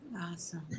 Awesome